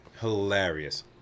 hilarious